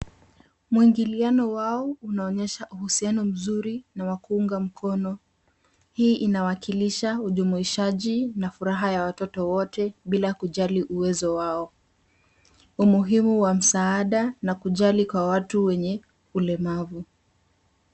Mwingiliano wao unaonyesha uhusiano mzuri na wakuunga mkono. Hii inawakilisha ujumuishaji na furaha ya watoto wote bila kujali uwezo wao. Umuhimu wa msaada na kujali kwa watu wenye ulemavu.